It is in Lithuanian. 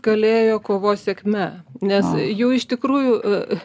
galėjo kovos sėkme nes jų iš tikrųjų